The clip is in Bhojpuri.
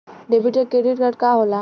डेबिट या क्रेडिट कार्ड का होला?